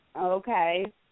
Okay